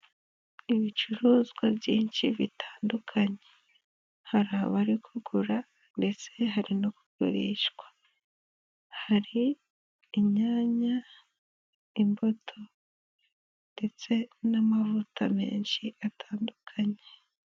Ibicuruzwa byinshi bitandukanye. Hari abari kugura ndetse hari no kugurishwa. Hari inyanya, imbuto ndetse n'amavuta menshi atandukanye.